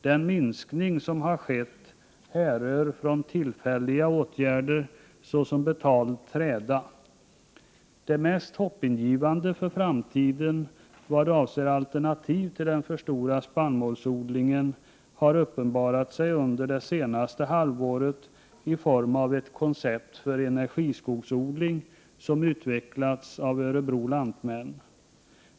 Den minskning som har skett härrör från tillfälliga åtgärder, såsom betald träda. Det mest hoppingivande för framtiden vad avser alternativ till den för stora spannmålsodlingen har uppenbarat sig under det senaste halvåret i form av ett koncept för energiskogsodling som utvecklats av Örebro Lantmän.